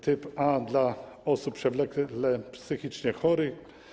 Typ A - dla osób przewlekle psychicznie chorych.